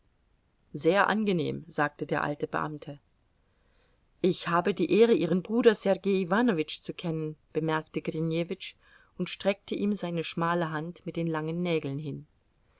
sehr angenehm sagte der alte beamte ich habe die ehre ihren bruder sergei iwanowitsch zu kennen bemerkte grinjewitsch und streckte ihm seine schmale hand mit den langen nägeln hin